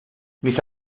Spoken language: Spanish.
mis